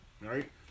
Right